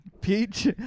peach